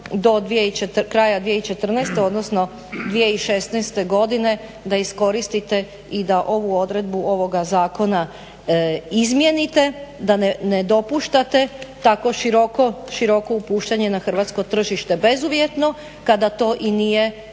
do kraja 2014.odnsono 2016.godine da iskoristite i da ovu odredbu ovoga zakona izmijenite da ne dopuštate tako široko upuštanje na hrvatsko tržište bezuvjetno kada to i nije